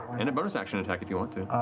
and a bonus action attack if you want to.